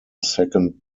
second